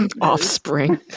Offspring